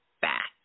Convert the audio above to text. back